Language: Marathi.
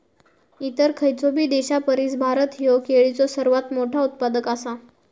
इतर खयचोबी देशापरिस भारत ह्यो केळीचो सर्वात मोठा उत्पादक आसा